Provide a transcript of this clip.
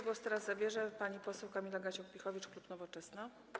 Głos teraz zabierze pani poseł Kamila Gasiuk-Pihowicz, klub Nowoczesna.